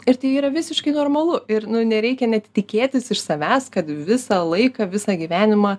ir tai yra visiškai normalu ir nereikia net tikėtis iš savęs kad visą laiką visą gyvenimą